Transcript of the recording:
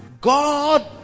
God